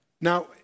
Now